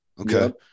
okay